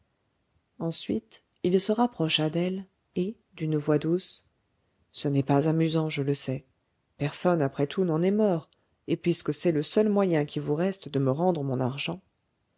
ensuite il se rapprocha d'elle et d'une voix douce ce n'est pas amusant je le sais personne après tout n'en est mort et puisque c'est le seul moyen qui vous reste de me rendre mon argent